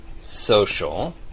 social